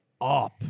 up